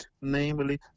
namely